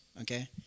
Okay